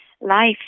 life